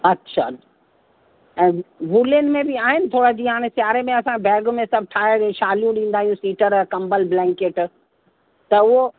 अछा ऐं वूलन में बि आहिनि थोरा जीअं हाणे सिआरे में असां बैग में सभ ठाहे शालियूं ॾींदा आहियूं सीटर कंबल ब्लैंकेट त उहो